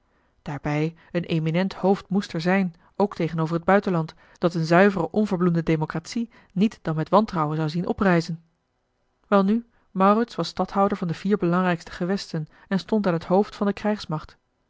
daarbij een eminent hoofd moest er zijn ook tegenover het buitenland dat eene zuivere onverbloemde democratie niet dan met wantrouwen zou zien oprijzen welnu maurits was stadhouder van de vier belangrijkste gewesten en stond aan t hoofd van de krijgsmacht